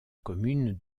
commune